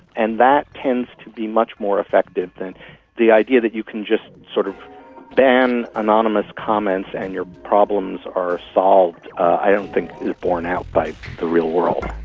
and that tends to be much more effective than, the idea that you can just sort of ban anonymous comments and your problems are solved, i don't think is borne out by the real world.